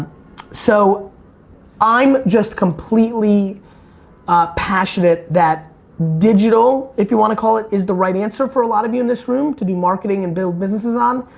so i'm just completely passionate that digital, if you wanna call it is the right answer for a lot of you in this room to do marketing and build businesses on.